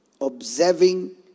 observing